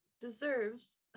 deserves